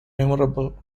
memorable